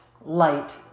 light